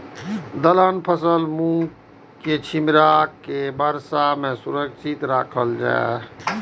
दलहन फसल मूँग के छिमरा के वर्षा में सुरक्षित राखल जाय?